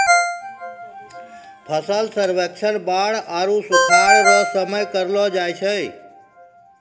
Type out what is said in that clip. फसल सर्वेक्षण बाढ़ आरु सुखाढ़ रो समय करलो जाय छै